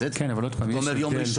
זה אומר יום ראשון.